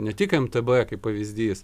ne tik mtb kaip pavyzdys